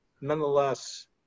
nonetheless